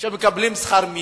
שמקבלים שכר מינימום,